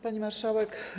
Pani Marszałek!